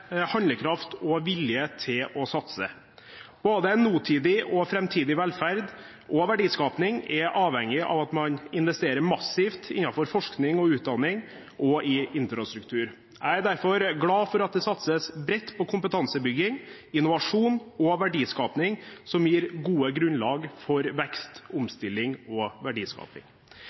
handlekraft og vilje til å satse. Både nåtidig og framtidig velferd og verdiskaping er avhengig av at man investerer massivt innenfor forskning og utdanning og i infrastruktur. Jeg er derfor glad for at det satses bredt på kompetansebygging, innovasjon og verdiskaping, som gir gode grunnlag for vekst,